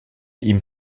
ihm